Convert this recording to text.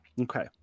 Okay